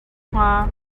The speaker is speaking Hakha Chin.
hnga